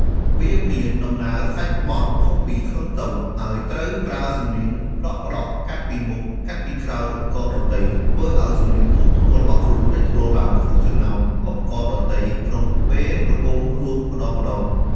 វាមានដំណើរសាច់បទខុសពីឃឹមតូច ហើយត្រូវប្រើសំនៀងផ្ដក់ៗកាត់ពីមុខកាត់ពីក្រោយឧបករណ៍ដទៃ ធ្វើឲ្យសំនៀងធំៗរបស់ខ្លួនលេចធ្លោឡើងក្នុងចំណោមឧបករណ៍ដទៃក្នុងពេលប្រគំរួមម្ដងៗ។